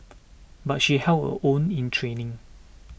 but she held her own in training